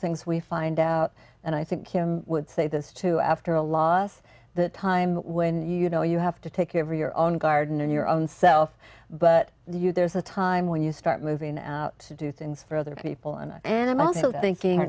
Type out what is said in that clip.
things we find out and i think kim would say this too after a loss the time when you know you have to take care of your own garden and your own self but you there's a time when you start moving out to do things for other people and i am also thinking